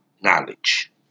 knowledge